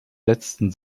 letzten